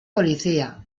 policía